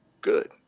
good